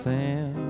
Sam